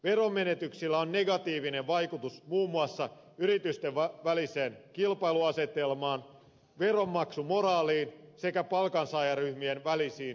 veromenetyksillä on negatiivinen vaikutus muun muassa yritysten väliseen kilpailuasetelmaan veronmaksumoraaliin sekä palkansaajaryhmien välisiin suhteisiin